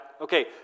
Okay